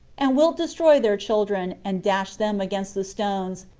and wilt destroy their children, and dash them against the stones,